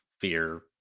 fear